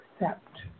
accept